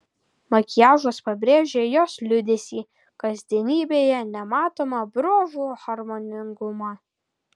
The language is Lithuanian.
makiažas pabrėžė jos liūdesį kasdienybėje nematomą bruožų harmoningumą